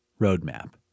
Roadmap